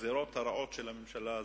בגזירות הרעות של הממשלה הזאת,